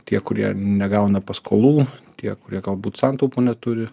tie kurie negauna paskolų tie kurie galbūt santaupų neturi